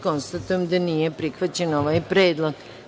Konstatujem da nije prihvaćen ovaj predlog.